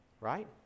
Right